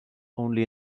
only